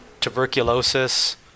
tuberculosis